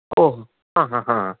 ओम् आम् आम् आम्